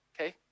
okay